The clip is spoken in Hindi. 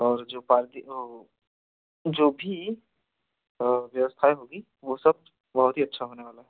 और जो पार्कि वह जो भी व्यवस्थाएँ होंगी वह सब बहुत ही अच्छी होने वाली है